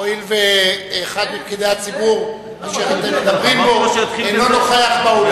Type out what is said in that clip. הואיל ואחד מפקידי הציבור אשר אתם מדברים בו אינו נוכח באולם,